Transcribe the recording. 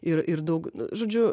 ir ir daug žodžiu